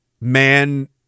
Man